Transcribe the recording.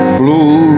blue